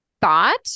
thought